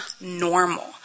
normal